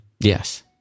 Yes